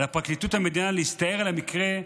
על פרקליטות המדינה להסתער על המקרה,